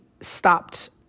stopped